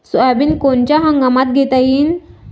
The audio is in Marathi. सोयाबिन कोनच्या हंगामात घेता येईन?